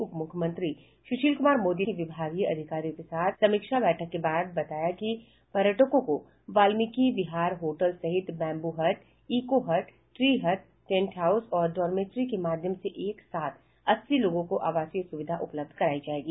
उप मुख्यमंत्री सुशील कुमार मोदी ने विभागीय अधिकारियों के साथ समीक्षा बैठक के बाद बताया कि पर्यटकों को वाल्मीकि विहार होटल सहित bamboo hut eco hut tree hut tent house एवं डॉरमेट्री के माध्यम से एक साथ अस्सी लोगों को आवासीय सुविधा उपलब्ध करायी जायेगी